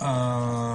רק